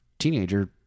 Teenager